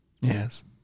Yes